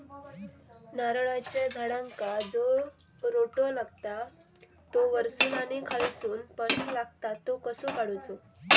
नारळाच्या झाडांका जो रोटो लागता तो वर्सून आणि खालसून पण लागता तो कसो काडूचो?